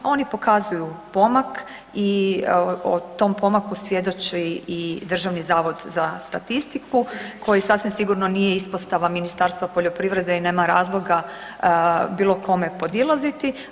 Oni pokazuju pomak i o tom pomaku svjedoči i Državni zavod za statistiku koji sasvim sigurno nije ispostava Ministarstva poljoprivrede i nema razloga bilo kome podilaziti.